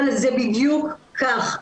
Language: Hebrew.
אבל זה בדיוק כך,